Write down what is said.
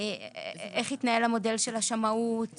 איך התנהל המודל של השמאות,